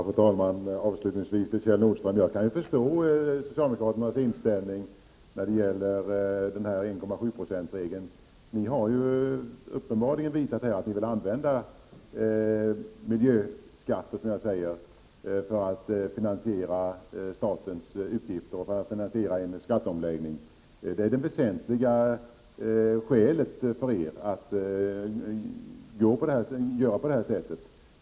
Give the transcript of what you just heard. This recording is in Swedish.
Fru talman! Avslutningsvis vill jag säga till Kjell Nordström att jag kan förstå socialdemokraternas inställning när det gäller 1,7-procentsregeln. Ni har uppenbarligen visat att ni vill använda miljöskatter för att finansiera statens utgifter och en skatteomläggning. Det är det väsentliga skälet för er att göra på detta sätt.